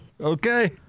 Okay